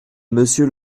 monsieur